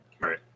Right